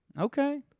Okay